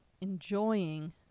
enjoying